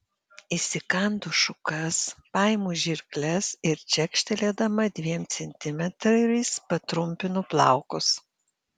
įsikandu šukas paimu žirkles ir čekštelėdama dviem centimetrais patrumpinu plaukus